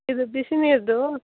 ಇದು ಬಿಸಿ ನೀರುದ್ದು